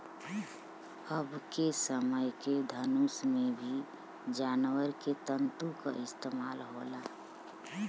अबके समय के धनुष में भी जानवर के तंतु क इस्तेमाल होला